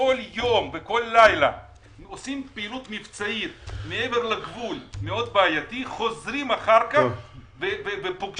שכל יום וכל לילה עושים פעילות מבצעית מעבר לגבול חוזרים אחר-כך ופוגשים